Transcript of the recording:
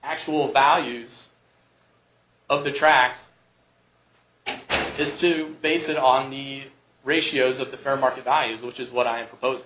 actual values of the tracks this is to base it on the ratios of the fair market value which is what i propose